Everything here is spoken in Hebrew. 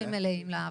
שותפים מלאים לוועדות.